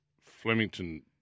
Flemington